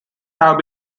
have